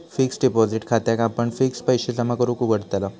fixed deposit खात्याक आपण fixed पैशे जमा करूक उघडताव